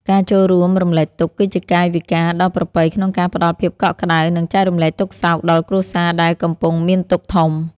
ការចូលរួមរំលែកទុក្ខ គឺជាកាយវិការដ៏ប្រពៃក្នុងការផ្ដល់ភាពកក់ក្ដៅ និង ចែករំលែកទុក្ខសោកដល់គ្រួសារដែលកំពុងមានទុក្ខធំ។